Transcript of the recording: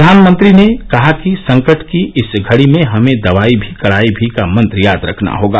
प्रधानमंत्री ने कहा कि संकट की इस घड़ी में हमें दवाई भी कड़ाई भी का मंत्र याद रखना होगा